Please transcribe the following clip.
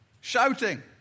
shouting